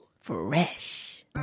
Fresh